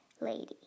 lady